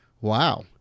Wow